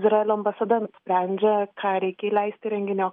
izraelio ambasada nusprendžia ką reikia įleisti į renginį o